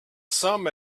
some